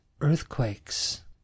earthquakes